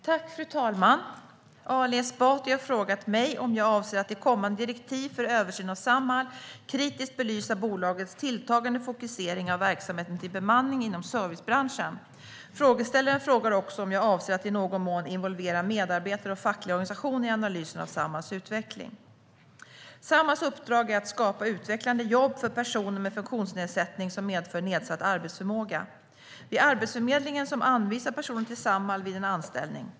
Fru talman! Ali Esbati har frågat mig om jag avser att i kommande direktiv för översyn av Samhall kritiskt belysa bolagets tilltagande fokusering av verksamhet till bemanning inom servicebranschen. Frågeställaren frågar också om jag avser att i någon form involvera medarbetare och fackliga organisationer i analysen av Samhalls utveckling. Samhalls uppdrag är att skapa utvecklande jobb för personer med funktionsnedsättning som medför nedsatt arbetsförmåga. Det är Arbetsförmedlingen som anvisar personer till Samhall vid en anställning.